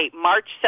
March